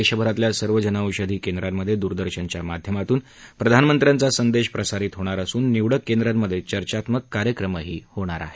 देशभरातल्या सर्व जनऔषधी केंद्रांमध्ये दूरदर्शनच्या माध्यमातून प्रधानमंत्र्याचा संदेश प्रसारित होणार असून निवडक केंद्रांमध्ये चर्चात्मक कार्यक्रम होणार आहेत